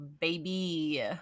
baby